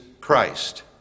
Christ